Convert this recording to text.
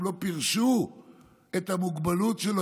הם לא פירשו את המוגבלות שלו,